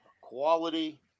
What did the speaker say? quality